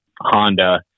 Honda